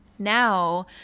Now